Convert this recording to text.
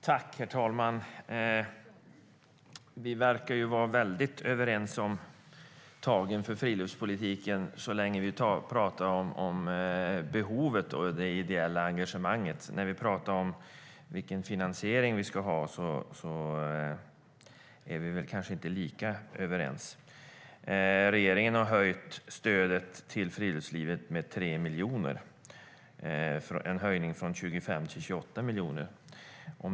Herr talman! Vi verkar vara väldigt överens om tagen för friluftspolitiken så länge vi talar om behovet och det ideella engagemanget. När vi talar om vilken finansiering vi ska ha är vi kanske inte lika överens. Regeringen har höjt stödet till friluftslivet med 3 miljoner, från 25 till 28 miljoner.